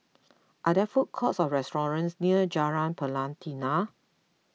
are there food courts or restaurants near Jalan Pelatina